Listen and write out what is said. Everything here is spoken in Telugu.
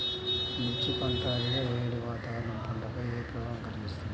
మిర్చి పంట అధిక వేడి వాతావరణం పంటపై ఏ ప్రభావం కలిగిస్తుంది?